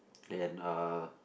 and uh